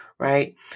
Right